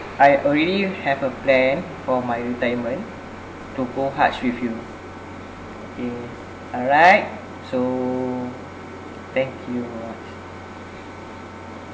I already have a plan for my retirement to go hajj with you okay alright so thank you very much